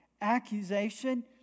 Accusation